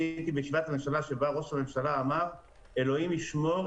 אני הייתי בישיבת ממשלה שבה ראש הממשלה אמר: אלוהים ישמור,